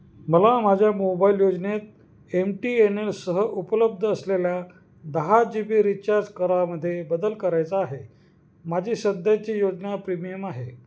मला माझ्या मोबाईल योजनेत एम टी एन एलसह उपलब्ध असलेल्या दहा जी बी रिचार्ज करामध्ये बदल करायचा आहे माझी सध्याची योजना प्रीमियम आहे